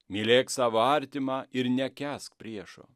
mylėk savo artimą ir nekęsk priešo